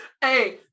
Hey